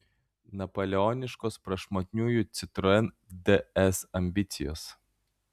napoleoniškos prašmatniųjų citroen ds ambicijos